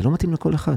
זה לא מתאים לכל אחד.